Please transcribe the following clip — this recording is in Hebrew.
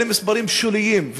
אלה מספרים שוליים.